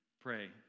Pray